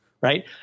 right